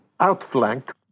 outflanked